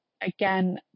again